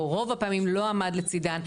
או רוב הפעמים לא עמד לצידן,